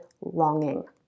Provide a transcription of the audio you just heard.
longing